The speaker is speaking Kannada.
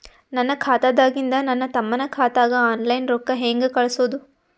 ನನ್ನ ಖಾತಾದಾಗಿಂದ ನನ್ನ ತಮ್ಮನ ಖಾತಾಗ ಆನ್ಲೈನ್ ರೊಕ್ಕ ಹೇಂಗ ಕಳಸೋದು?